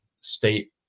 state